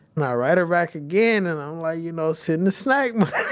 and i write her back again and i'm like, you know, send the snack money.